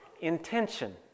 intention